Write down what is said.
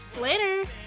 Later